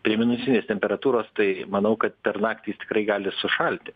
prie minusinės temperatūros tai manau kad per naktį jis tikrai gali sušalti